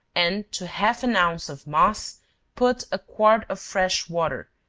and to half an ounce of moss put a quart of fresh water,